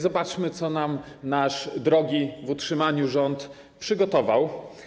Zobaczmy, co nam nasz drogi w utrzymaniu rząd przygotował.